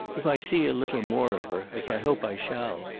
if i see a little more of her, as i hope i shall,